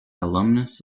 alumnus